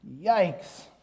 Yikes